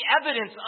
evidence